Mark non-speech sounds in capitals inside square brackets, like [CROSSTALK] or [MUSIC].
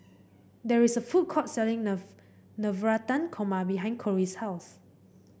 there is a food court selling [UNINTELLIGIBLE] Navratan Korma behind Cory's house